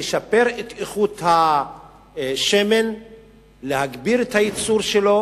לשפר את איכות השמן ולהגביר את הייצור שלו.